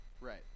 right